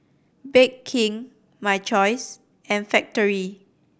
Bake King My Choice and Factorie